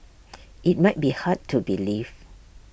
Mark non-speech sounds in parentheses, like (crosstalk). (noise) IT might be hard to believe